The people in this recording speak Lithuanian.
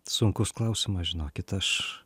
sunkus klausimas žinokit aš